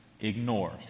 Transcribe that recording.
ignore